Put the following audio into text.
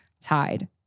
tied